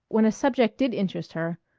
when a subject did interest her,